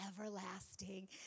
everlasting